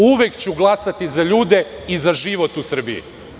Uvek ću glasati za ljude i za život u Srbiji.